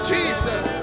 Jesus